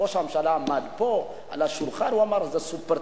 ראש הממשלה עמד פה על השולחן ואמר: זה "סופר-טנקר".